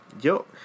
Yo